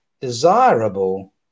desirable